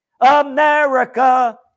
America